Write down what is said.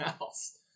else